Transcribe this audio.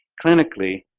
clinically,